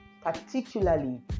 particularly